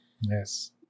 yes